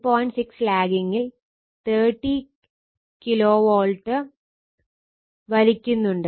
6 ലാഗിങ്ങിൽ 30 KW വലിക്കുന്നുണ്ട്